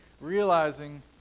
realizing